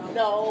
no